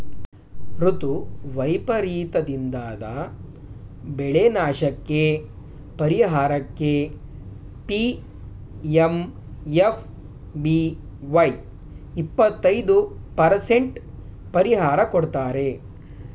ಋತು ವೈಪರೀತದಿಂದಾದ ಬೆಳೆನಾಶಕ್ಕೇ ಪರಿಹಾರಕ್ಕೆ ಪಿ.ಎಂ.ಎಫ್.ಬಿ.ವೈ ಇಪ್ಪತೈದು ಪರಸೆಂಟ್ ಪರಿಹಾರ ಕೊಡ್ತಾರೆ